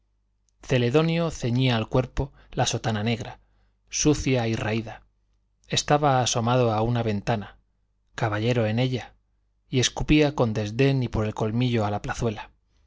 celedonio ceñida al cuerpo la sotana negra sucia y raída estaba asomado a una ventana caballero en ella y escupía con desdén y por el colmillo a la plazuela